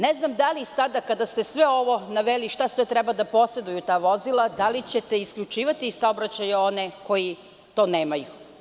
Ne znam da li sada kada ste sve ovo naveli šta sve treba da poseduju ta vozila, da li ćete isključivati iz saobraćaja one koji to nemaju?